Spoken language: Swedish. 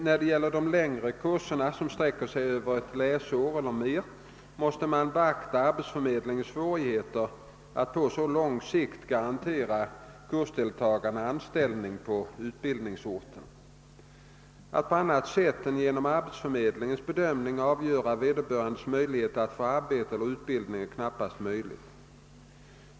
När det gäller de längre kurserna, som sträcker sig över ett läsår eller mer, måste man beakta arbetsförmedlingens svårigheter att på så långt sikt garantera kursdeltagare anställning på utbildningsorten. Att på annat sätt än genom arbetsförmedlingens bedömning avgöra vederbörandes möjligheter att få arbete efter utbildningen är knappast möjligt.